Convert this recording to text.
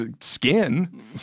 skin